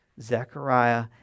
zechariah